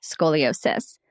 scoliosis